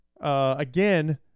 Again